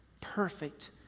perfect